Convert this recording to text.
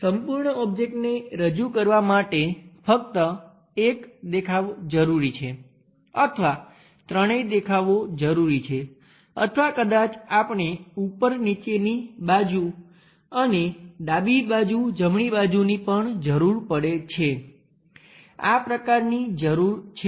સંપૂર્ણ ઓબ્જેક્ટને રજૂ કરવા માટે ફક્ત એક દેખાવ જરૂરી છે અથવા ત્રણેય દેખાવો જરૂરી છે અથવા કદાચ આપણે ઉપર નીચેની બાજુ અને ડાબી બાજુ જમણી બાજુની પણ જરૂર પડે છે આ પ્રકારની જરૂર છે